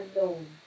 alone